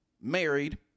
married